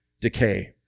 decay